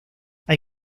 hay